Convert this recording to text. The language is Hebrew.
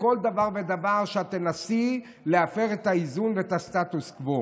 בכל דבר ודבר שאת תנסי להפר את האיזון ואת הסטטוס קוו.